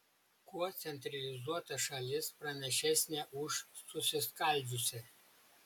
kuo centralizuota šalis pranašesnė už susiskaldžiusią